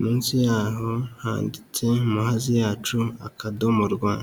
munsi yaho handitse Muhazi yacu akadomo rwa.